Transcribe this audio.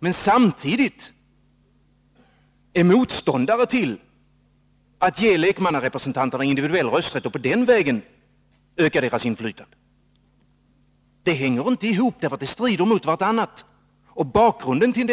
Å andra sidan är ni motståndare till att ge lekmannarepresentanterna individuell rösträtt och den vägen öka deras inflytande. Dessa ståndpunkter strider ju mot varandra. Den krassa bakgrunden